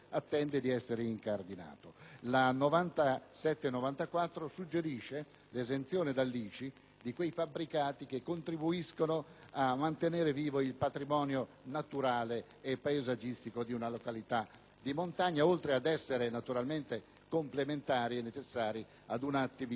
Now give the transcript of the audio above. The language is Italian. legge suggerisce l'esenzione dell'ICI per quei fabbricati che contribuiscono a mantenere vivo il patrimonio naturale e paesaggistico di una località di montagna, oltre ad essere complementari e necessari ad un'attività professionale agricola.